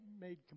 made